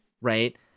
Right